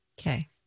Okay